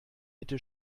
bitte